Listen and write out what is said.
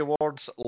Awards